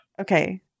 Okay